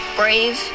brave